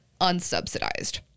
unsubsidized